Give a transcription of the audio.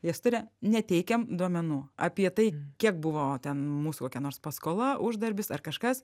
jas turi neteikiam duomenų apie tai kiek buvo ten mūsų kokia nors paskola uždarbis ar kažkas